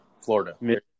Florida